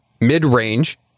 mid-range